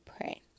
pray